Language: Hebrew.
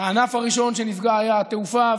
הענף הראשון שנפגע היה ענף התעופה,